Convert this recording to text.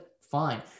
fine